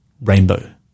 rainbow